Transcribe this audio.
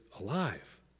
alive